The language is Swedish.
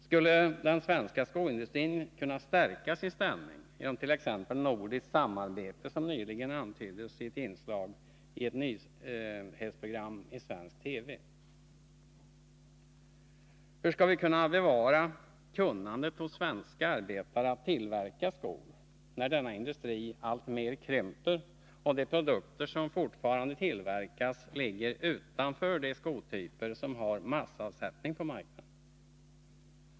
Skulle den svenska skoindustrin kunna stärka sin ställning genom t.ex. nordiskt samarbete, som nyligen antyddes i ett inslag i ett nyhetsprogram i svensk TV? Hur skall vi kunna bevara kunnandet hos svenska arbetare att tillverka skor, när denna industri alltmer krymper och de produkter som fortfarande tillverkas ligger utanför de skotyper som har massavsättning på marknaden?